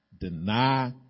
deny